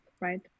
right